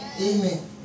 Amen